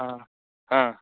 ஆ ஆ